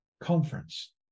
conference